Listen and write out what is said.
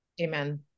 Amen